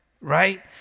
right